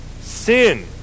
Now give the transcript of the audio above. sin